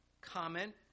comment